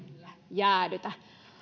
jäädytä